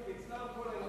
אצלם כל העניין,